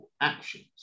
actions